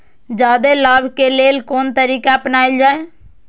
जादे लाभ के लेल कोन तरीका अपनायल जाय?